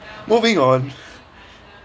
moving on